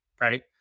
right